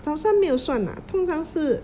早餐没有算 lah 通常是